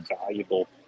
valuable